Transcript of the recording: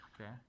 Okay